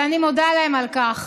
ואני מודה להם על כך.